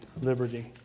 liberty